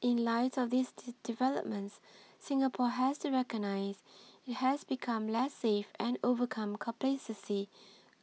in light of these developments Singapore has to recognise it has become less safe and overcome complacency